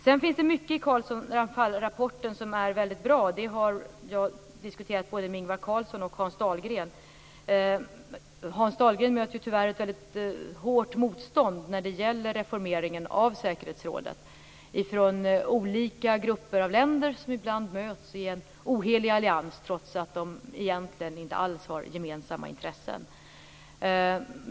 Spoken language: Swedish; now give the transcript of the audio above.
Sedan finns det mycket i Carlsson-Ramphalrapporten som är väldigt bra. Det har jag diskuterat både med Ingvar Carlsson och med Hans Dahlgren. Hans Dahlgren möter tyvärr ett väldigt hårt motstånd när det gäller reformeringen av säkerhetsrådet från olika grupper av länder som ibland möts i en ohelig allians, trots att de egentligen inte alls har gemensamma intressen.